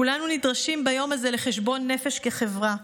כולנו נדרשים ביום הזה לחשבון נפש כחברה.